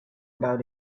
about